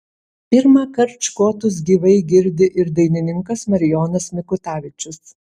pirmąkart škotus gyvai girdi ir dainininkas marijonas mikutavičius